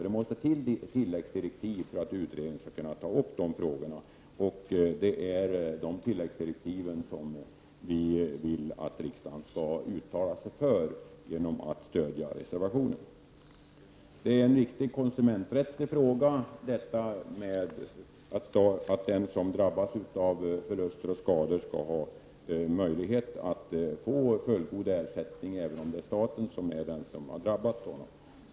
Det måste alltså till tilläggsdirektiv för att utredningen skall kunna ta upp dessa frågor, och vi vill också att riksdagen skall uttala sig för sådana tilläggsdirektiv genom att stödja reservationen. Detta är en viktig konsumenträttslig fråga. Den som drabbas av förluster och skador skall ha möjlighet att få fullgod ersättning även om det är staten som har vållat skadorna.